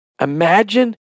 Imagine